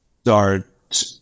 start